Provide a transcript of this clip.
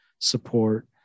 support